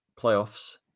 playoffs